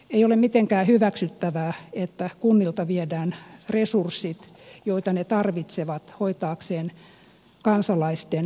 ei ole mitenkään hyväksyttävää että kunnilta viedään resurssit joita ne tarvitsevat hoitaakseen kansalaisten peruspalveluja